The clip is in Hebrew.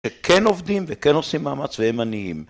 שכן עובדים, וכן עושים מאמץ, והם עניים.